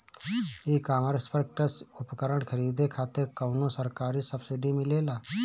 ई कॉमर्स पर कृषी उपकरण खरीदे खातिर कउनो सरकारी सब्सीडी मिलेला?